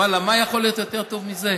ואללה, מה יכול להיות יותר טוב מזה?